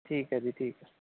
ਠੀਕ ਹੈ ਜੀ ਠੀਕ ਹੈ